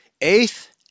Eighth